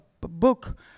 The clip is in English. book